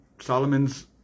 Solomon's